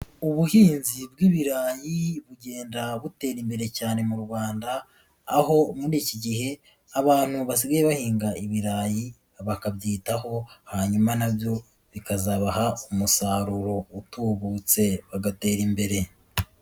Ubuhinzi bw'ibirayi bugenda butera imbere cyane mu Rwanda, aho muri iki gihe abantu basigaye bahinga ibirayi bakabyitaho hanyuma na byo bikazabaha umusaruro utubutse bagatera imbere.